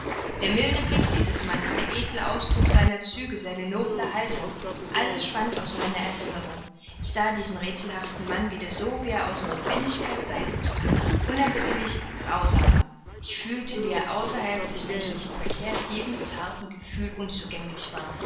der milde blick dieses mannes der edle ausdruck seiner züge seine noble haltung alles schwand aus meiner erinnerung ich sah diesen räthselhaften mann wieder so wie er aus nothwendigkeit sein mußte unerbittlich grausam ich fühlte wie er außerhalb des menschlichen verkehrs jedem zartern gefühl unzugänglich war